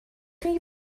chi